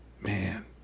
Man